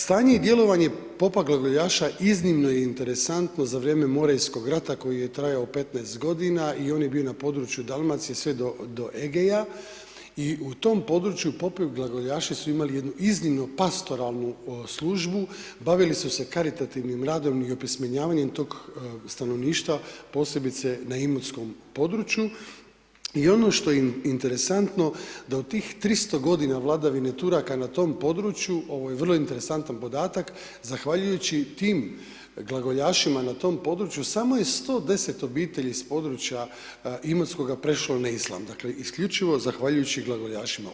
Stanje i djelovanje popa glagoljaša iznimno je interesantno za vrijeme Morejskog rata koji je trajao 15 godina, i on je bio na području Dalmacije sve do, do Egeja, i u tom području popi glagoljaši su imali jednu iznimno pastoralnu službu, bavili su se karitativnim radom i opismenjivanjem tog stanovništva, posebice na Imotskom području, i ono što je interesantno da u tih 300 godina vladavine Turaka na tom području, ovo je vrlo interesantan podatak, zahvaljujući tim glagoljašima na tom području, samo je 110 obitelji s područja Imotskoga prešlo na islam, dakle, isključivo zahvaljujući glagoljašima.